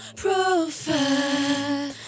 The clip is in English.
profile